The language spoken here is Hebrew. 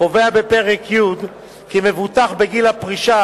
קובע בפרק י' כי מבוטח בגיל הפרישה,